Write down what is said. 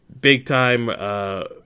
big-time